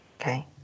Okay